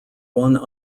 one